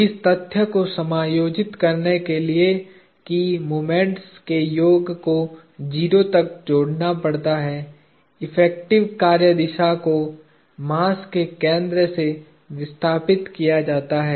इस तथ्य को समायोजित करने के लिए कि मोमेंट्स के योग को 0 तक जोड़ना पड़ता है इफेक्टिव कार्य दिशा को मास के केंद्र से विस्थापित किया जाता है